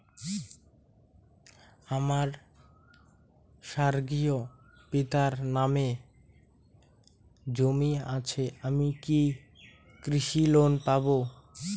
আমার স্বর্গীয় পিতার নামে জমি আছে আমি কি কৃষি লোন পাব?